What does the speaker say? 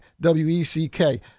W-E-C-K